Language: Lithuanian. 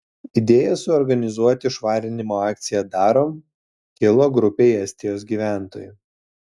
idėja suorganizuoti švarinimo akciją darom kilo grupei estijos gyventojų